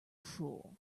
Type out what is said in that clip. fool